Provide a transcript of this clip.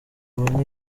ubu